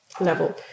level